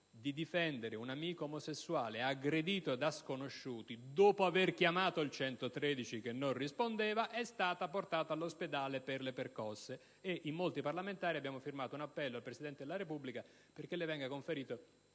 di difendere un amico omosessuale aggredito da sconosciuti, dopo aver chiamato il «113», che non rispondeva, è stata portata all'ospedale per le percosse subite. In molti parlamentari abbiamo firmato un appello al Presidente della Repubblica perché le venga conferita